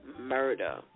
murder